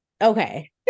Okay